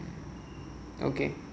okay